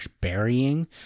burying